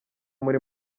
muri